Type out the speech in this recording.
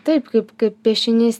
taip kaip kaip piešinys